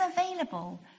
available